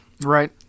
Right